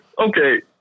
Okay